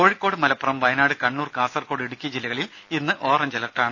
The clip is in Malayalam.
കോഴിക്കോട് മലപ്പുറം വയനാട് കണ്ണൂർ കാസർകോട് ഇടുക്കി ജില്ലകളിൽ ഇന്ന് ഓറഞ്ച് അലർട്ടാണ്